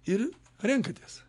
ir renkatės